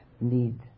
need